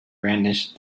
brandished